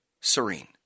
serene